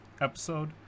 episode